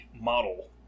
model